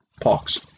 parks